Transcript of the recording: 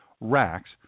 racks